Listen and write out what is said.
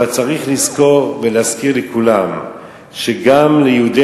אבל צריך לזכור ולהזכיר לכולם שגם ליהודי